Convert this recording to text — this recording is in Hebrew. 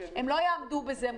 הם לא יעמדו בזה.